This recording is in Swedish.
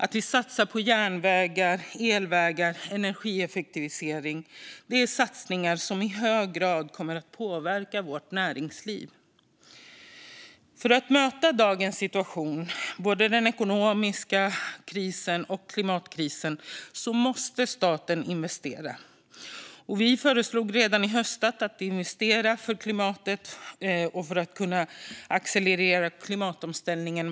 Vi ska satsa på järnvägar, elvägar och energieffektivisering. Det är satsningar som i hög grad kommer att påverka vårt näringsliv. För att möta dagens situation, både den ekonomiska krisen och klimatkrisen, måste staten investera. Vi föreslog redan i höstas investeringar för klimatet och för att kunna accelerera klimatomställningen.